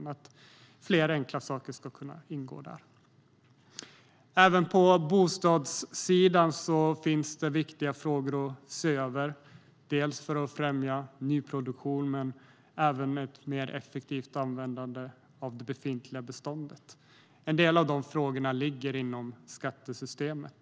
Det handlar om att fler enkla saker ska kunna ingå. Även på bostadssidan finns det viktiga frågor att se över för att främja nyproduktion och också för att få ett effektivt användande av det befintliga beståndet. En del av de frågorna ligger inom skattesystemet.